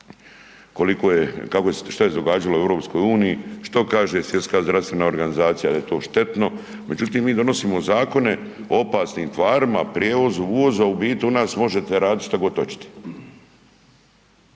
što se događalo u EU-u, što kaže Svjetska zdravstvena organizacija jel je to štetno međutim mi donosimo zakone o opasnim tvarima, prijevozu, uvozu a u biti u nas možete raditi šta god hoćete.